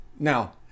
Now